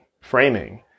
framing